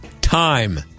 Time